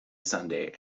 sunday